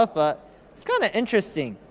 ah but it's kinda interesting.